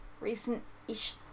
recent-ish